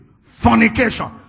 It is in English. fornication